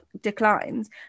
declines